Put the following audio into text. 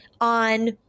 on